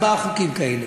ארבעה חוקים כאלה.